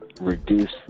reduce